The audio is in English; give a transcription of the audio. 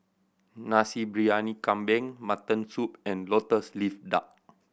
Nasi Briyani Kambing mutton soup and Lotus Leaf Duck